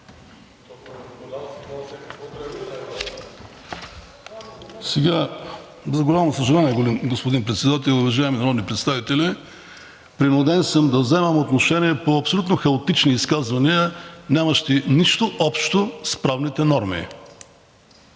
За огромно съжаление, господин Председател и уважаеми народни представители, принуден съм да вземам отношение по абсолютно хаотични изказвания, нямащи нищо общо с правните норми.